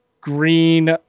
Green